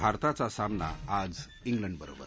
भारताचा सामना आज उलंडबरोबर